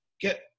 get